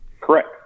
Correct